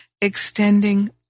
extending